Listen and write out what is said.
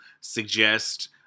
suggest